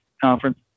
conference